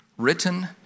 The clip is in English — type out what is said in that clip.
Written